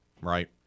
Right